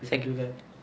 if you do that